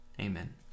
Amen